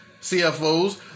CFOs